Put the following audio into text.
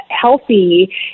healthy